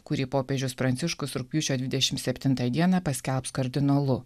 kurį popiežius pranciškus rugpjūčio dvidešimt septintą dieną paskelbs kardinolu